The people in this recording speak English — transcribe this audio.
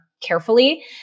carefully